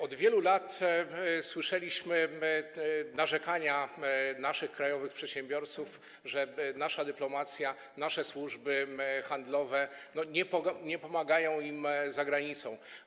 Od wielu lat słyszeliśmy narzekania krajowych przedsiębiorców, że nasza dyplomacja, nasze służby handlowe nie pomagają im za granicą.